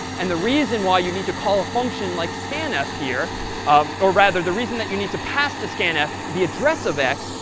and the reason why you need to call a function like scanf here or rather, the reason that you need to pass to scanf, the address of x,